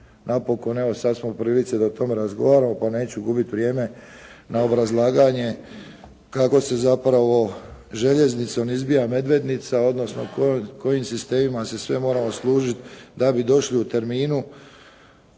napokon evo, sada smo u prilici da o tome razgovaramo pa neću gubiti vrijeme na obrazlaganje kako se zapravo željeznicom izbija Medvednica, odnosno kojim sistemima se sve moramo služiti da bi došli u terminu,